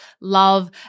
love